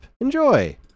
Enjoy